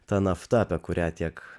ta nafta apie kurią tiek